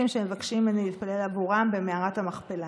שמבקשים ממני להתפלל עבורם במערת המכפלה.